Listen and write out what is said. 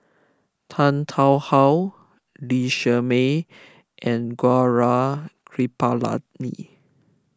Tan Tarn How Lee Shermay and Gaurav Kripalani